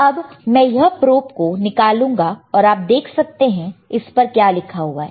अब मैं यह प्रोब को निकालूंगा और आप देख सकते हैं कि इस पर क्या लिखा हुआ है